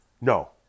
No